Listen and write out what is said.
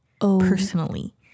personally